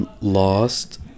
lost